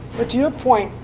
but to your point,